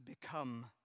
become